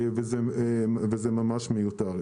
וזה ממש מיותר.